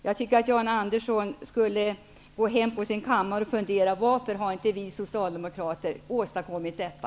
Jag tycker att Jan Andersson skulle gå hem till sin kammare och fundera över varför ni socialdemokrater inte har åstadkommit detta.